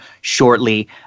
shortly